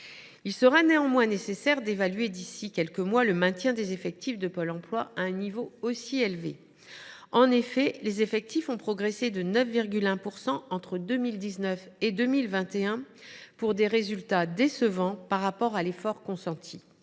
Il sera néanmoins nécessaire d’évaluer d’ici à quelques mois la légitimité de maintenir les effectifs de Pôle emploi à un niveau aussi élevé. En effet, les effectifs ont progressé de 9,1 % entre 2019 et 2021, pour des résultats décevants au vu des efforts consentis.